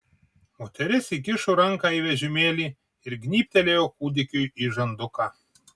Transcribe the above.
moteris įkišo ranką į vežimėlį ir gnybtelėjo kūdikiui į žanduką